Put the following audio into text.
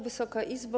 Wysoka Izbo!